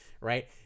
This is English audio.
right